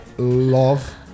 Love